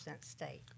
state